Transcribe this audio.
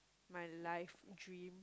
my life dream